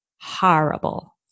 horrible